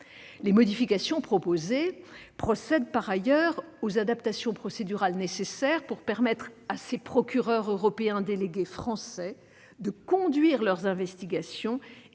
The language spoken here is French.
Les modifications proposées procèdent par ailleurs aux adaptations procédurales nécessaires pour permettre à ces procureurs européens délégués français de conduire leurs investigations